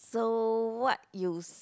so what you s~